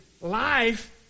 life